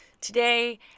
today